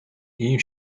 ийм